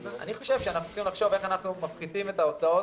אני חושב שאנחנו צריכים לחשוב איך אנחנו מפחיתים את ההוצאות.